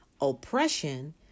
Oppression